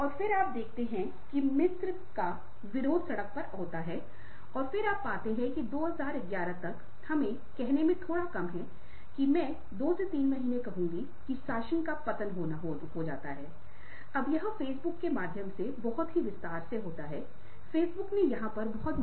और अंत में आप यह समझ कर परीक्षण कर सकते हैं कि आपकी भावनात्मक बुद्धिमत्ता क्या है हमने पांच वक्तव्य तैयार किए हैं और प्रतिक्रिया दी गई है और यह दृढ़ता से असहमत होने से सहमत है